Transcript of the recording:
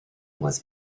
was